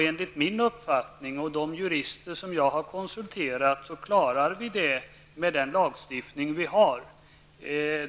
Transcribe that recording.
Enligt min uppfattning och de jurister som jag har konsulterat klarar vi det med den lagstiftning vi har.